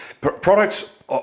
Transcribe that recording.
Products